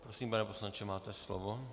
Prosím, pane poslanče, máte slovo.